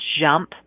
jump